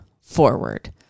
forward